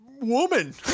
woman